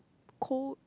cold